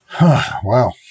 Wow